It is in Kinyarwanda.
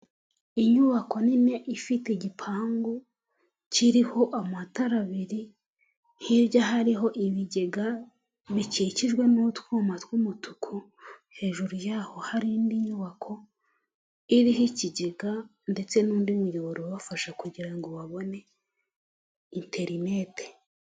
Inyubako nini ifite igipangu kiriho amatara abiri, hirya hariho ibigega bikikijwe n'utwuma tw'umutuku, hejuru y'aho hari indi nyubako iriho ikigega ndetse n'undi muyoboro ubafasha kugira ngo babone interineti.